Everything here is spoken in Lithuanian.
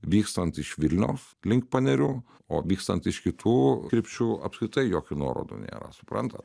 vykstant iš vilniaus link panerių o vykstant iš kitų krypčių apskritai jokių nuorodų nėra suprantat